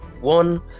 one